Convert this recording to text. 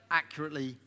accurately